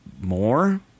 more